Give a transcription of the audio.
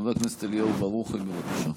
חבר הכנסת אליהו ברוכי, בבקשה.